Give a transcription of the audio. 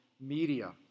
media